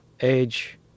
age